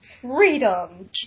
Freedom